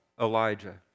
Elijah